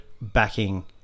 backing –